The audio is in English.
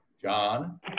John